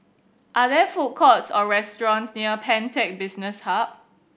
are there food courts or restaurants near Pantech Business Hub